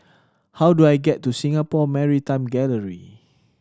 how do I get to Singapore Maritime Gallery